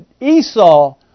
Esau